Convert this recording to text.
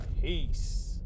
Peace